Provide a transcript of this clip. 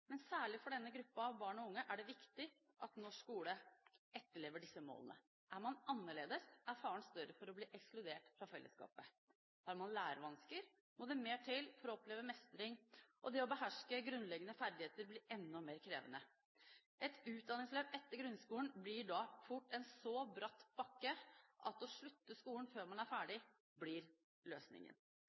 Men særlig for denne gruppe barn og unge er det viktig at norsk skole etterlever disse målene. Er man annerledes, er faren større for å bli ekskludert fra fellesskapet. Har man lærevansker, må det mer til for å oppleve mestring. Det å beherske grunnleggende ferdigheter blir enda mer krevende. Et utdanningsløp etter grunnskolen blir da fort en så bratt bakke at å slutte skolen før man er ferdig, blir løsningen.